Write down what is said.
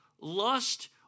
lust